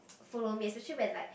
follow me especially when like